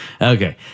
Okay